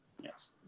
Yes